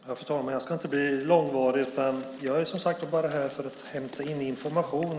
Fru talman! Jag ska inte bli långvarig. Jag är, som sagt, här för att hämta in information.